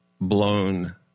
blown